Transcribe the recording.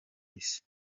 isi